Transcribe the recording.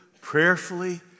prayerfully